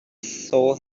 soul